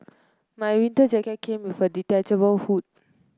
my winter jacket came with a detachable hood